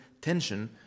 tension